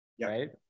right